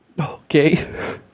Okay